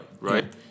right